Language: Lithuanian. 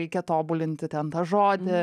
reikia tobulinti ten tą žodį